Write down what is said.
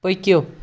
پٔکِو